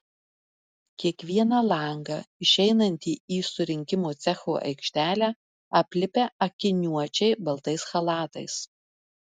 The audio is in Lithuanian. kiekvieną langą išeinantį į surinkimo cecho aikštelę aplipę akiniuočiai baltais chalatais